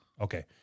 Okay